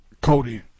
Cody